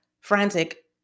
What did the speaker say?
frantic